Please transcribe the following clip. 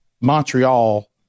Montreal